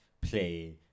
play